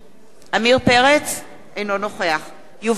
אינו נוכח יובל צלנר,